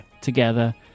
together